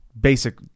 basic